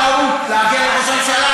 שאתה כל כך להוט להגן על ראש הממשלה,